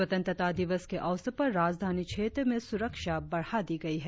स्वंत्रता दिवस के अवसर पर राजधानी क्षेत्र में सुरक्षा बढ़ा दी गई है